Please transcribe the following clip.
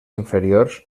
inferiors